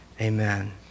Amen